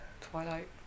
Twilight